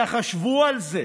ותחשבו על זה: